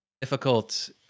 difficult